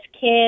kid